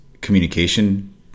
communication